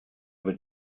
über